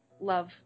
love